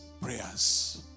prayers